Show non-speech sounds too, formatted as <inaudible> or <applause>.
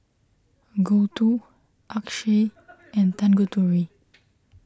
Gouthu Akshay <noise> and Tanguturi